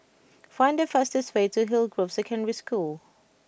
find the fastest way to Hillgrove Secondary School